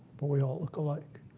but we all look alike.